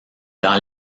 dans